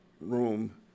room